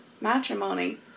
matrimony